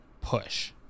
push